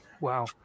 Wow